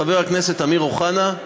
חבר הכנסת אמיר אוחנה,